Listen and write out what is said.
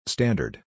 Standard